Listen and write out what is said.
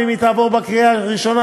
ואם היא תעבור בקריאה הראשונה,